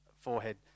forehead